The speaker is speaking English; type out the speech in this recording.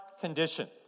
condition